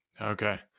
Okay